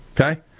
okay